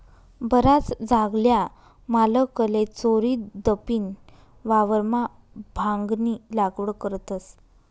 बराच जागल्या मालकले चोरीदपीन वावरमा भांगनी लागवड करतस